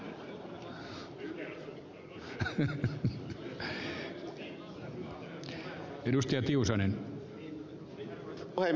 arvoisa puhemies